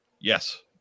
Yes